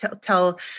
tell